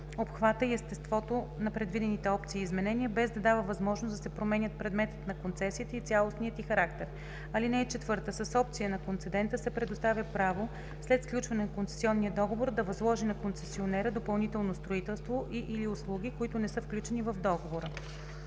обхвата и естеството на предвидените опции и изменения, без да дава възможност да се променят предметът на концесията и цялостният й характер. (4) С опция на концедента се предоставя право след сключване на концесионния договор да възложи на концесионера допълнително строителство и/или услуги, които не са включени в договора.